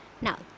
Now